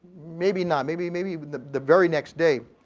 maybe not, maybe maybe the the very next day.